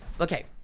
okay